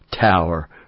tower